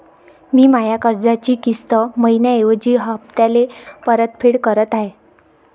मी माया कर्जाची किस्त मइन्याऐवजी हप्त्याले परतफेड करत आहे